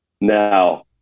Now